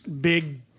big